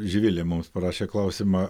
živilė mums parašė klausimą